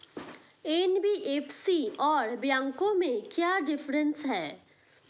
NBFC और बैंकों में क्या डिफरेंस है?